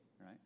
right